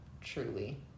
truly